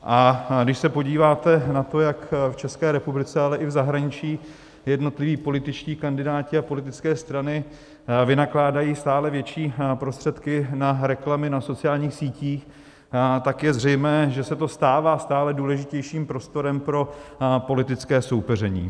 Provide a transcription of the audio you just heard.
A když se podíváte na to, jak v České republice, ale i v zahraničí jednotliví političtí kandidáti a politické strany vynakládají stále větší prostředky na reklamy na sociálních sítích, tak je zřejmé, že se to stává stále důležitějším prostorem pro politické soupeření.